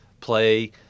play